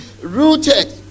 rooted